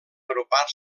agrupar